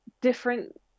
different